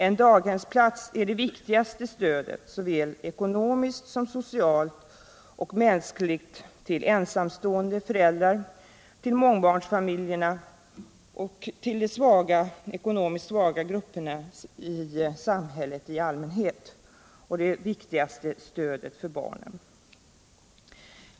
En daghemsplats är det viktigaste stödet såväl ekonomiskt som socialt och mänskligt till ensamstående föräldrar, till mångbarnsfamiljerna och till de ekonomiskt svaga grupperna i samhället, och det är i synnerhet ett stöd för barnen.